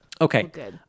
Okay